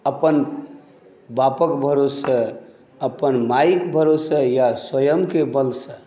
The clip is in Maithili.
अपन बापक भरोसे अपन मायक भरोसे अछि स्वयंकेँ बलसँ